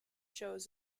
shows